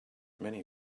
many